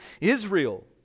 Israel